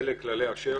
אלה כללי אָשֵר